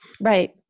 Right